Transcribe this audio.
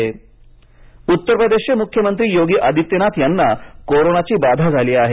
उत्तर प्रदेश मुख्यमंत्री उत्तर प्रदेशचे मुख्यमंत्री योगी आदित्यनाथ यांना कोरोनाची बाधा झाली आहे